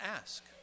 ask